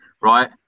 right